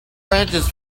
branches